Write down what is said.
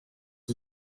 放弃